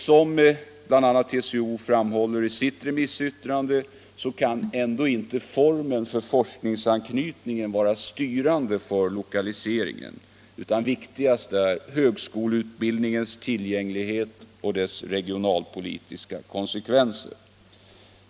Som TCO framhåller i sitt remissyttrande kan ändå inte formen för forskningsanknytningen vara styrande för lokaliseringen, utan viktigast är högskoleutbildningens tillgänglighet och dess regionalpolitiska konsekvenser.